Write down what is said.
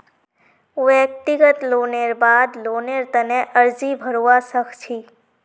व्यक्तिगत लोनेर बाद लोनेर तने अर्जी भरवा सख छि